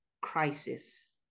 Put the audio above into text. crisis